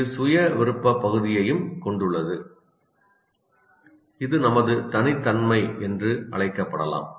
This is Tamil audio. இது சுய விருப்பப் பகுதியையும் கொண்டுள்ளது இது நமது தனித் தன்மை என்று அழைக்கப்படலாம்